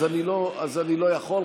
אז אני לא יכול.